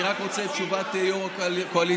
אני רק רוצה את תשובת יו"ר הקואליציה.